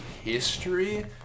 history